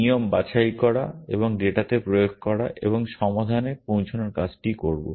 নিয়ম বাছাই করা এবং ডেটাতে প্রয়োগ করা এবং সমাধানে পৌঁছানোর কাজটি করব